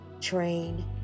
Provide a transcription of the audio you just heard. train